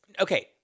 Okay